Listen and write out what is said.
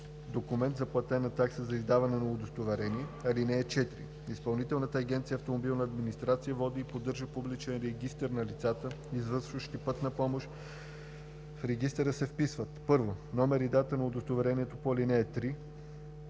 документ за платена такса за издаване на удостоверение. (4) Изпълнителна агенция „Автомобилна администрация“, води и поддържа публичен регистър на лицата, извършващи пътна помощ. В регистъра се вписват: 1. номер и дата на удостоверението по ал. 3;